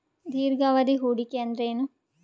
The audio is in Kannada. ದೀರ್ಘಾವಧಿ ಹೂಡಿಕೆ ಅಂದ್ರ ಏನು?